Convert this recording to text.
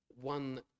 one